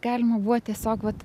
galima buvo tiesiog vat